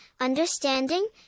understanding